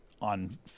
On